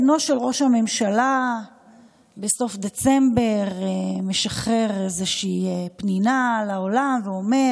בנו של ראש הממשלה בסוף דצמבר משחרר איזושהי פנינה לעולם ואומר